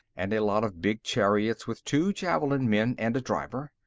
and a lot of big chariots with two javelin men and a driver.